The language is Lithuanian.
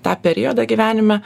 tą periodą gyvenime